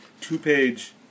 two-page